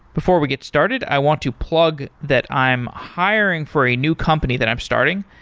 before we get started, i want to plug that i'm hiring for a new company that i'm starting,